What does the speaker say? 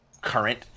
current